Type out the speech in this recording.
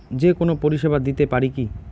যে কোনো পরিষেবা দিতে পারি কি?